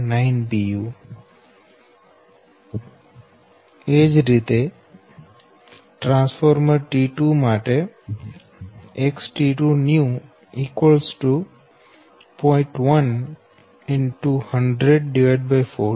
2179 pu એ જ રીતે ટ્રાન્સફોર્મર T2 માટે XT2 new 0